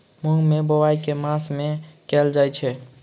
मूँग केँ बोवाई केँ मास मे कैल जाएँ छैय?